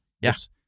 Yes